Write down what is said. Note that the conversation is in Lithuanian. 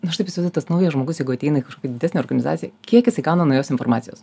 nu aš taip įsivaizd tas naujas žmogus jeigu ateina į kažkokią didesnę organizaciją kiek jisai gauna naujos informacijos